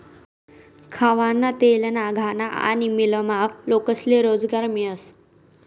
खावाना तेलना घाना आनी मीलमा लोकेस्ले रोजगार मियस